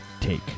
take